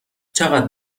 چقدر